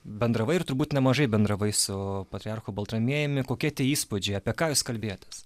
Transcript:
bendravai ir turbūt nemažai bendravai su patriarchu baltramiejumi kokie tie įspūdžiai apie ką jūs kalbėjotės